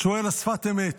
שואל השפת אמת,